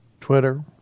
Twitter